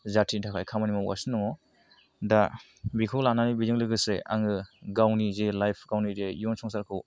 जाथिनि थाखाय खामानि मावगासिनो दङदा बेखौ लानानै बेजों लोगोसे आङो गावनि जे लाइफ गावनि जे इयुन संसारखौ